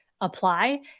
apply